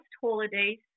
holidays